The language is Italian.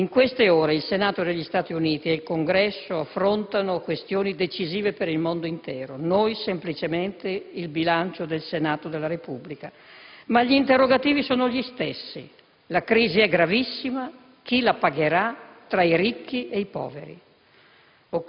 In queste ore, il Senato e la Camera degli Stati Uniti, il Congresso affrontano questioni decisive per il mondo intero, noi semplicemente il bilancio del Senato della Repubblica, ma gli interrogativi sono gli stessi. La crisi è gravissima; chi la pagherà, tra i ricchi ed i poveri?